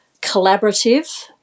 collaborative